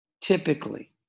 typically